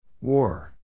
War